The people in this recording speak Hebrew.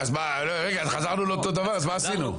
רגע, חזרנו לאותו דבר, מה עשינו?